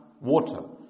water